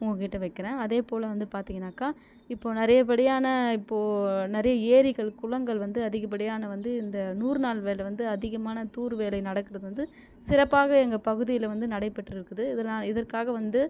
உங்கள்கிட்ட வைக்கறேன் அதே போல வந்து பார்த்தீங்கன்னாக்க இப்போது நிறையபடியான இப்போது நிறையா ஏரிகள் குளங்கள் வந்து அதிகப்படியான வந்து இந்த நூறு நாள் வேலை வந்து அதிகமான தூர் வேலை நடக்கிறது வந்து சிறப்பாகவே எங்கள் பகுதியில் வந்து நடைபெற்று இருக்குது இதற்காக வந்து